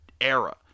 era